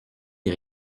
des